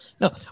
No